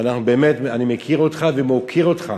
שאני מכיר ומוקיר אותך